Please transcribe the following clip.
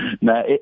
No